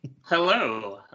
hello